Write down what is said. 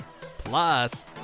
Plus